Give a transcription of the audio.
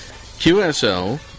QSL